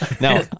now